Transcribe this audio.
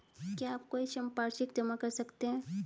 क्या आप कोई संपार्श्विक जमा कर सकते हैं?